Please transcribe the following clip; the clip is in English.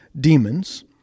demons